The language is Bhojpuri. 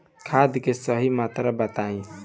खाद के सही मात्रा बताई?